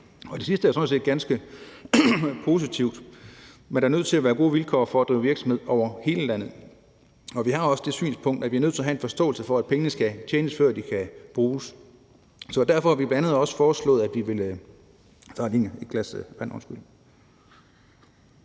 Det sidste er sådan set ganske positivt, men der er nødt til at være gode vilkår for at drive virksomhed i hele landet. Vi har også det synspunkt, at vi er nødt til at have en forståelse for, at pengene skal tjenes, før de kan bruges. Derfor har vi bl.a. også foreslået, at vi vil hæve kørselsfradraget